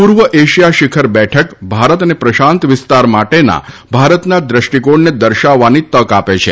પૂર્વ એશિયા શિખર બેઠક ભારત અને પ્રશાંત વિસ્તાર માટેના ભારતના દ્રષ્ટિકોણને દર્શાવવાની તક આપે છે